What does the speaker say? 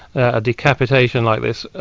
a decapitation like this.